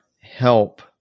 help